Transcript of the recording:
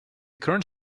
current